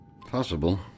Possible